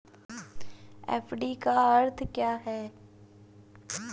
FD का अर्थ क्या है?